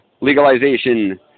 legalization